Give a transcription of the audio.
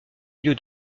lieu